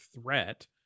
threat